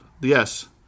Yes